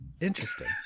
Interesting